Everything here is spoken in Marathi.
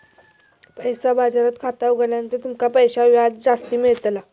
पैसा बाजारात खाता उघडल्यार तुमका पैशांवर व्याज जास्ती मेळताला